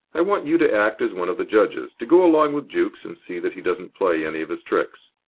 i want you to act as one of the judges, to go along with jukes and see that he doesn't play any of his tricks.